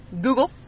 Google